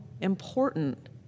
important